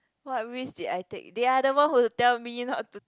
what risk did I take they are the one who tell me not to